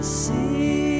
see